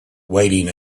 waiting